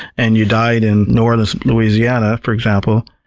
and you died in new orleans, louisiana, for example,